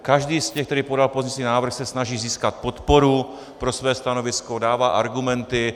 Každý z těch, který podal pozměňovací návrh, se snaží získat podporu pro své stanovisko, dává argumenty.